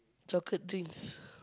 chocolate drinks